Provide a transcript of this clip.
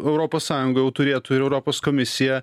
europos sąjunga jau turėtų ir europos komisija